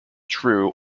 true